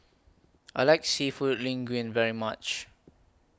I like Seafood Linguine very much